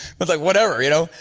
but like whatever you know,